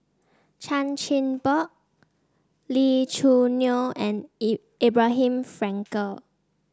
Chan Chin Bock Lee Choo Neo and Abraham Frankel